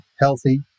Healthy